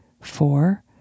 four